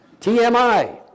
TMI